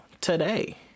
today